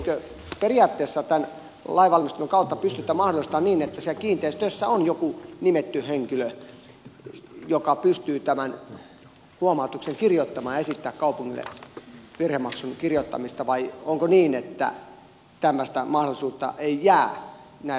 eikö periaatteessa tämän lainvalmistelun kautta pystytä mahdollistamaan niin että siellä kiinteistössä on joku nimetty henkilö joka pystyy tämän huomautuksen kirjoittamaan ja esittämään kaupungille virhemaksun kirjoittamista vai onko niin että tämmöistä mahdollisuutta ei jää näille yhtiöille